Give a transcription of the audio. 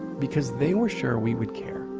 because they were sure we would care.